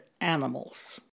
animals